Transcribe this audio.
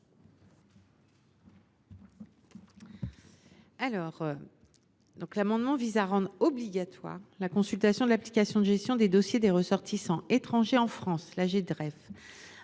? Cet amendement vise à rendre obligatoire la consultation de l’application de gestion des dossiers des ressortissants étrangers en France (Agdref)